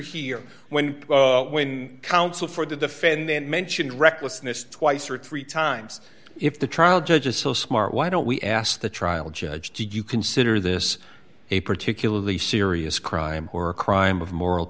here when when counsel for the defendant mentioned recklessness twice or three times if the trial judge is so smart why don't we ask the trial judge do you consider this a particularly serious crime or a crime of moral